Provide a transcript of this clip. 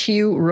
Hugh